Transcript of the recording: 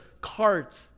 cart